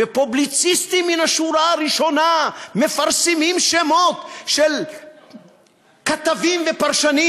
ופובליציסטים מן השורה הראשונה מפרסמים שמות של כתבים ופרשנים